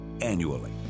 annually